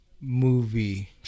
movie